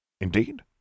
Indeed